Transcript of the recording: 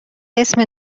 اسم